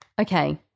Okay